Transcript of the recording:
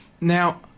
Now